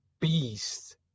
beast